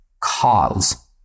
cause